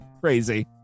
crazy